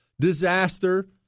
disaster